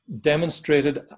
demonstrated